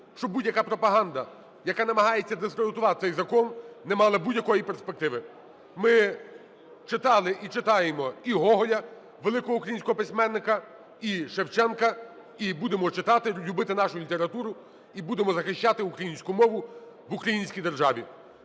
щоб будь-яка пропаганда, яка намагається дискредитувати цей закон, не мала будь-якої перспективи. Ми читали і читаємо і Гоголя, великого українського письменника, і Шевченка, і будемо читати, любити нашу літературу, і будемо захищати українську мову в українській державі.